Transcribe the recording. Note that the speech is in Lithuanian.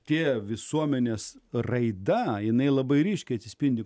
tie visuomenės raida jinai labai ryškiai atsispindi